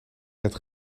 het